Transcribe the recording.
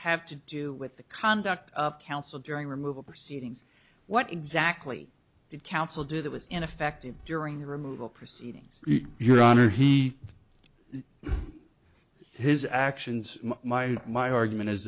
have to do with the conduct of counsel during removal proceedings what exactly did counsel do that was ineffective during the removal proceedings your honor he his actions my argument is